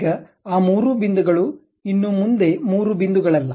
ಈಗ ಆ ಮೂರು ಬಿಂದುಗಳು ಇನ್ನು ಮುಂದೆ ಮೂರು ಬಿಂದುಗಳಲ್ಲ